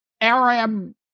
Arab